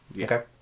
Okay